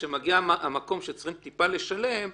וכשמגיע מקום שצריך טיפה לשלם,